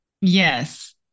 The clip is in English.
Yes